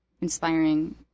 inspiring